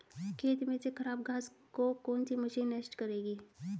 खेत में से खराब घास को कौन सी मशीन नष्ट करेगी?